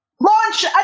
launch